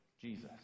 Jesus